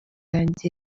yanjye